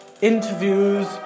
interviews